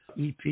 EP